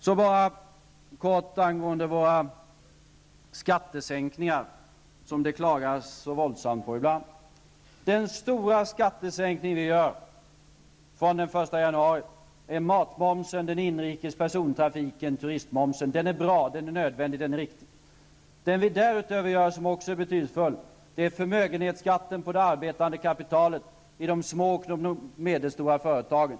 Så bara kort angående våra skattesänkningar, som det klagas så våldsamt på ibland. Den stora skattesänkning vi gör från den 1 januari gäller matmomsen, den inrikes persontrafiken och turistmomsen. Den skattesänkningen är nödvändig och riktig. Det vi därutöver gör, som också är betydelsefullt, är sänkningen av förmögenhetsskatten på det arbetande kapitalet i de små och medelstora företagen.